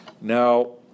Now